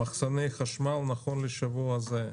במחסני חשמל נכון לשבוע הזה,